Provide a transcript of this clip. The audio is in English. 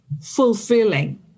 fulfilling